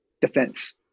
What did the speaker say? defense